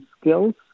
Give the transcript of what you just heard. skills